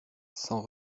sans